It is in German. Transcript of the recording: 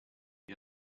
die